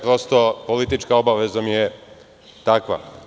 Prosto, politička obaveza mi je takva.